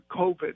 COVID